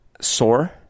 sore